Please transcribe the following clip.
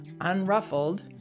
UNRUFFLED